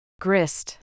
Grist